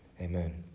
Amen